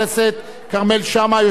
יושב-ראש ועדת הכלכלה,